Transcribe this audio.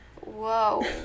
whoa